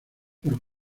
por